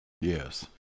Yes